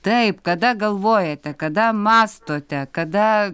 taip kada galvojate kada mąstote kada